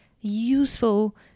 useful